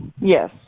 yes